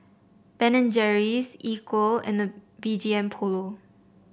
Ben and Jerry's Equal and B G M Polo